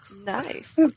Nice